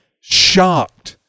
shocked